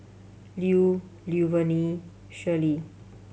Lu Luverne Shirlie